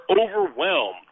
overwhelmed